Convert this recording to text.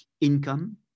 income